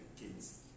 kids